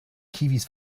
kiwis